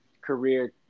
career